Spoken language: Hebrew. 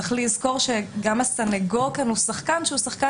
צריך לזכור שגם הסניגור הוא שחקן כאן שהוא שחקן